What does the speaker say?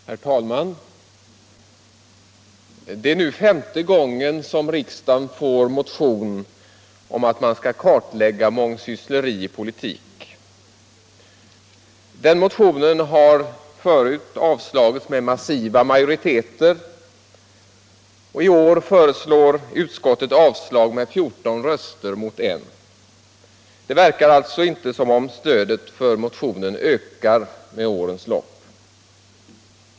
Herr talman! Det är nu femte gången som riksdagen får motion om att man skall kartlägga mångsyssleri i politik. Tidigare motioner har avslagits med massiva majoriteter, och i år föreslår utskottet avslag med 14 röster mot 1. Det verkar alltså inte som om stödet för motionens krav ökat med årens lopp.